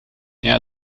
air